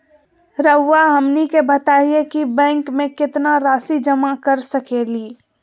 रहुआ हमनी के बताएं कि बैंक में कितना रासि जमा कर सके ली?